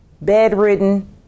bedridden